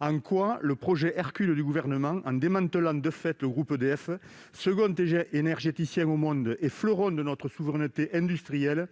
En quoi le projet Hercule du Gouvernement, en démantelant de fait le groupe EDF, second énergéticien au monde et fleuron de notre souveraineté industrielle,